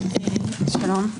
שלום.